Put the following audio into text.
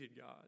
God